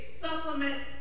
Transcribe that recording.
supplement